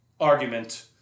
argument